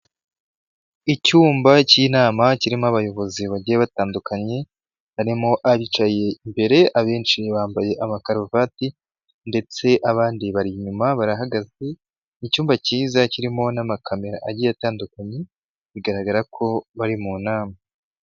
Icyumba cy'inama kirimo abayobozi bagiye batandukanye, harimo abicaye imbere abenshi bambaye amakaruvati, ndetse abandi bari inyuma barahagaze, icyumba cyiza kirimo n'amakamera agiye atandukanye, bigaragara ko bari mu nama.